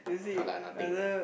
yeah lah nothing lah